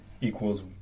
equals